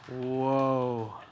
whoa